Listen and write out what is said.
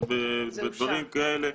בדברים כאלה,